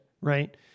Right